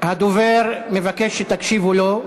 הדובר מבקש שתקשיבו לו.